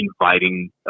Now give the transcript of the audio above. inviting